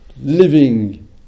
living